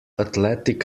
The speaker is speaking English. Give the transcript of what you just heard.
athletic